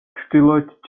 ჩრდილოეთით